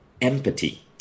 empathy